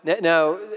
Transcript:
now